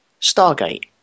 Stargate